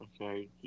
Okay